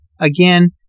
again